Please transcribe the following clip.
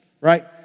right